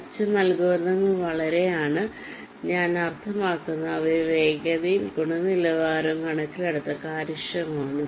മെച്ചം അൽഗോരിതങ്ങൾ വളരെ ആണ് ഞാൻ അർത്ഥമാക്കുന്നത് അവയുടെ വേഗതയും ഗുണനിലവാരവും കണക്കിലെടുത്ത് കാര്യക്ഷമമാണ്